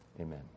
Amen